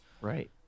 Right